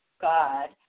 God